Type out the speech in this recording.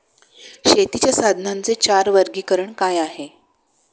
शेतीच्या साधनांचे चार वर्गीकरण काय आहे?